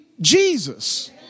Jesus